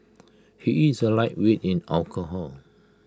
he is A lightweight in alcohol